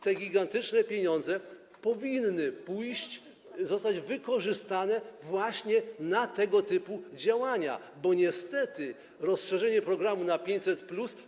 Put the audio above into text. Te gigantyczne pieniądze powinny pójść, zostać wykorzystane właśnie na tego typu działania, bo niestety rozszerzenie programu na 500+.